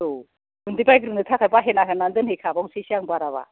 औ गुन्दै बायग्रोनो थाखाय बाहेना होनानै दोनहैखाबावनोसैसो आं बाराबा